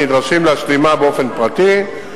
נדרשים להשלימה באופן פרטי.